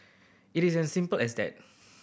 it is as simple as that